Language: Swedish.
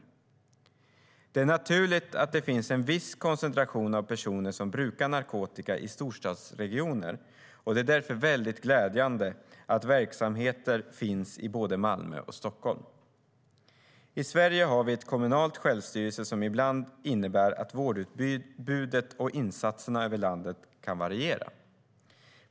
STYLEREF Kantrubrik \* MERGEFORMAT Svar på interpellationerI Sverige har vi ett kommunalt självstyre, vilket ibland innebär att vårdutbudet och insatserna över landet kan variera.